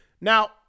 Now